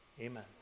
Amen